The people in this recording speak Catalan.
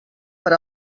per